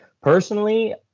Personally